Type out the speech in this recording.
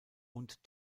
und